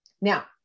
Now